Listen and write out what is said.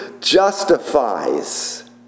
justifies